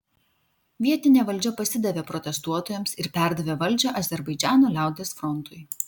vietinė valdžia pasidavė protestuotojams ir perdavė valdžią azerbaidžano liaudies frontui